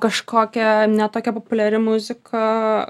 kažkokia ne tokia populiari muzika